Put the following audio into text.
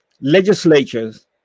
legislatures